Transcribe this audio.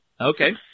Okay